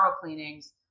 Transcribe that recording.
cleanings